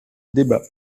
débat